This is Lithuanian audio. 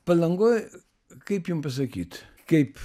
palangoj kaip jum pasakyt kaip